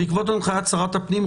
בעקבות הנחיית שרת הפנים,